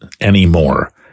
anymore